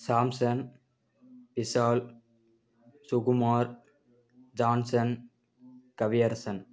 Samson Vishal Sukumar Johnson Kaviyarasan